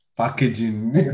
packaging